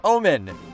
Omen